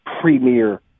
premier